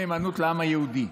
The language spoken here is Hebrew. נאמנות לעם היהודי.